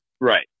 Right